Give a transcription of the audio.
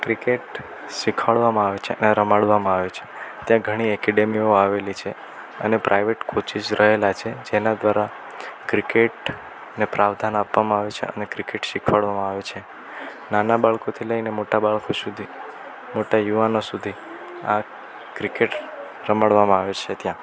cricket શીખવાડવામાં આવે છે રમાડવામાં આવે છે ત્યા ઘણી એકેડમીયો આવેલી છે અને પ્રાઇવેટ કોચિંગ જે રહેલા છે જેના દ્વારા ક્રિકેટ પ્રાવધાન આપવામાં આવે છે અને ક્રિકેટ શીખવાડવામાં આવે છે નાના બાળકોથી લઈ ને મોટા બાળકો સુધી મોટા યુવાનો સુધી આ ક્રિકેટ રમાડવામાં આવે છે ત્યાં